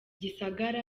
gisagara